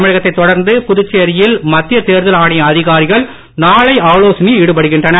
தமிழகத்தை தொடர்ந்து புதுச்சேரியில் மத்திய தேர்தல் ஆணைய நாளை ஆலோசனையில் ஈடுபடுகின்றனர்